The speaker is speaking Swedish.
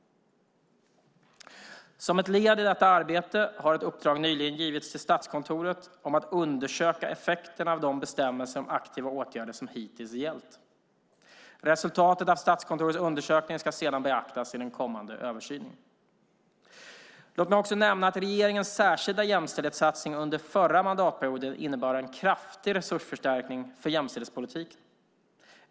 Som ett led i detta arbete har ett uppdrag nyligen givits till Statskontoret om att undersöka effekterna av de bestämmelser om aktiva åtgärder som hittills gällt. Resultaten av Statskontorets undersökning ska sedan beaktas i den kommande översynen. Låt mig också nämna att regeringens särskilda jämställdhetssatsning under förra mandatperioden innebar en kraftig resursförstärkning för jämställdhetspolitiken.